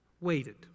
waited